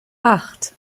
acht